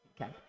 Okay